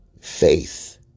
faith